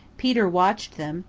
peter watched them,